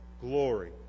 Glory